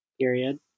Period